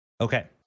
Okay